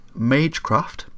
Magecraft